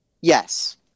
Yes